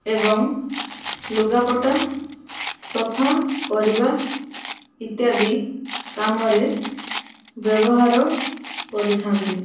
ଏବଂ ଲୁଗାପଟା ସଫା କରିବା ଇତ୍ୟାଦି କାମରେ ବ୍ୟବହାର କରିଥାନ୍ତି